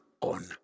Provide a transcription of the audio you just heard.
on